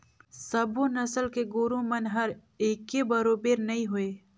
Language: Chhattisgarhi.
सबो नसल के गोरु मन हर एके बरोबेर नई होय